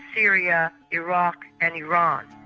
syria, iraq and iran.